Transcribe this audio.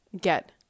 get